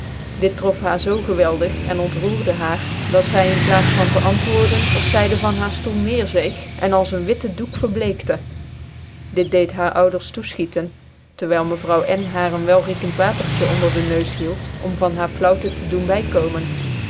dit trof haar zoo geweldig en ontroerde haar dat zy in plaats van tc antwoorden op zydc van haar stoel neerzeeg cn is een witte doek verbleekte dit deed haar ouders toefchictcn terwijl mevrouw n haar een welriekend watertje onder dc neus hield om van haarflaauwte tc doen bvkomcn